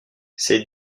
c’est